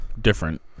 different